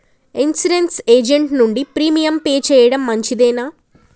Insurance agent నుండి premium pay చేయడం మంచిదేనా?